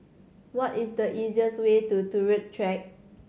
what is the easiest way to Turut Track